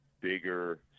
bigger